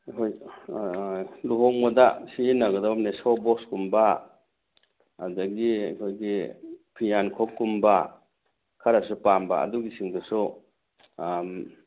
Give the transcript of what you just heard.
ꯍꯣꯏ ꯂꯨꯍꯣꯡꯕꯗ ꯁꯤꯖꯤꯟꯅꯒꯗꯧꯕꯅꯦ ꯁꯣ ꯕꯣꯛꯁ ꯀꯨꯝꯕ ꯑꯗꯒꯤ ꯑꯩꯈꯣꯏꯒꯤ ꯐꯤꯌꯥꯟꯈꯣꯛ ꯀꯨꯝꯕ ꯈꯔꯁꯨ ꯄꯥꯝꯕ ꯑꯗꯨꯒꯤꯁꯤꯡꯗꯨꯁꯨ